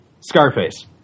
Scarface